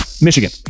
Michigan